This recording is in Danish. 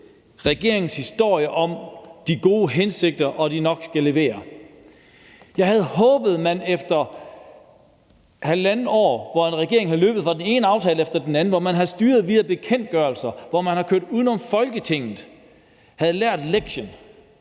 regeringens historie om de gode hensigter, og at de nok skal levere. Jeg havde håbet, at man efter halvandet år, hvor regeringen var løbet fra den ene aftale efter den anden; hvor man havde styret via bekendtgørelser; hvor man havde kørt uden om Folketinget, havde lært lektien.